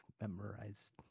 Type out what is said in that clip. memorized